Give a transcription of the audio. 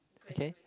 okay